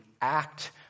act